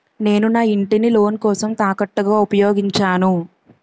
నేను నా ఇంటిని లోన్ కోసం తాకట్టుగా ఉపయోగించాను